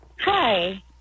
Hi